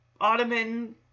ottoman